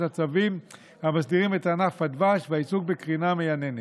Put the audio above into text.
הצווים המסדירים את ענף הדבש והעיסוק בקרינה מייננת.